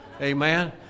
Amen